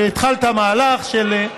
שהתחלת מהלך של,